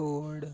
code